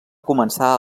començar